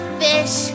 fish